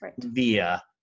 via